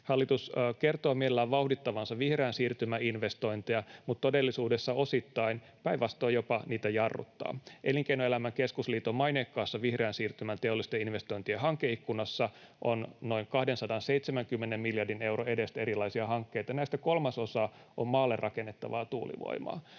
Hallitus kertoo mielellään vauhdittavansa vihreän siirtymän investointeja mutta todellisuudessa osittain päinvastoin jopa jarruttaa niitä. Elinkeinoelämän keskusliiton mainekkaassa vihreän siirtymän teollisten investointien hankeikkunassa on noin 270 miljardin euron edestä erilaisia hankkeita. Näistä kolmasosa on maalle rakennettavaa tuulivoimaa,